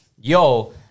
Yo